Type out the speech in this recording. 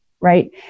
Right